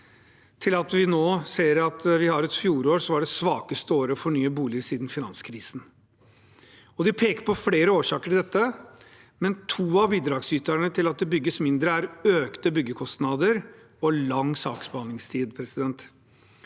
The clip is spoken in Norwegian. til at vi nå ser at vi hadde et fjorår som var det svakeste året for nye boliger siden finanskrisen. De peker på flere årsaker til dette, men to av bidragsyterne til at det bygges mindre, er økte byggekostnader og lang saksbehandlingstid. Det